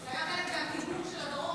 זה היה חלק מהטיהור של הדרום,